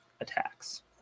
attacks